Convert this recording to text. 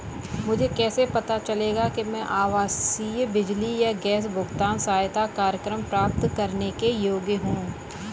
मुझे कैसे पता चलेगा कि मैं आवासीय बिजली या गैस भुगतान सहायता कार्यक्रम प्राप्त करने के योग्य हूँ?